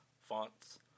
fonts